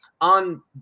on